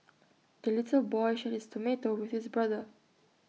the little boy shared his tomato with his brother